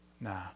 Nah